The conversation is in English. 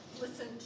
listen